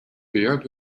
beard